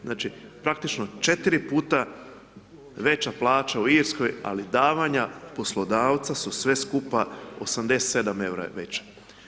Znači praktično, 4 puta veća plaća u Irskoj ali davanja poslodavca su sve skupa 87 eura je veća.